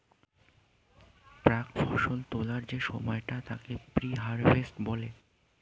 প্রাক্ ফসল তোলার যে সময়টা তাকে প্রি হারভেস্ট বলে